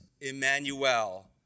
Emmanuel